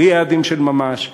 בלי יעדים של ממש,